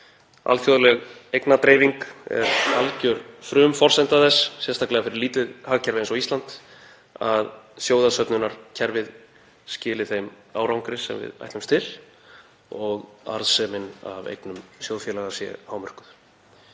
Alþjóðleg eignadreifing er alger frumforsenda þess, sérstaklega fyrir lítið hagkerfi eins og Ísland, að sjóðasöfnunarkerfið skili þeim árangri sem við ætlumst til og að arðsemin af eignum sjóðfélaga sé hámörkuð.